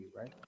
right